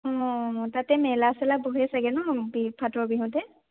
অঁ অঁ তাতে মেলা চেলা বহে চাগে ন ফাটৰ বিহুতে